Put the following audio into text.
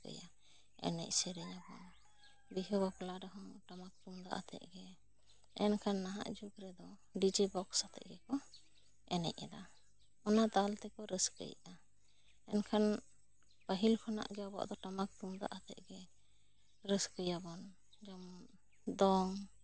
ᱮᱱᱮᱡ ᱥᱮᱨᱮᱧ ᱟᱵᱚᱱ ᱵᱤᱦᱟᱹ ᱵᱟᱯᱞᱟ ᱨᱮᱦᱚᱸ ᱴᱟᱢᱟᱠ ᱛᱩᱢᱫᱟᱜ ᱟᱛᱮ ᱜᱮ ᱮᱱᱠᱷᱟᱱ ᱱᱟᱦᱟᱜ ᱡᱩᱜᱽ ᱨᱮ ᱫᱚ ᱰᱤᱡᱮ ᱵᱚᱠᱥ ᱟᱛᱮᱜ ᱜᱮᱵᱚᱱ ᱮᱱᱮᱡ ᱮᱫᱟ ᱚᱱᱟ ᱛᱟᱞ ᱛᱮᱠᱚ ᱨᱟᱹᱥᱠᱟᱹ ᱭᱮᱫᱟ ᱮᱱᱠᱷᱟᱱ ᱯᱟᱹᱦᱤᱞ ᱠᱷᱚᱱᱟᱜ ᱜᱮ ᱟᱵᱚᱣᱟᱜ ᱫᱚ ᱴᱟᱢᱟᱠ ᱛᱩᱢᱫᱟᱜ ᱟᱛᱮᱜ ᱜᱮᱵᱚᱱ ᱨᱟᱹᱥᱠᱟᱹᱭᱟ ᱵᱚᱱ ᱡᱮᱢᱚᱱ ᱫᱚᱝ